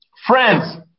friends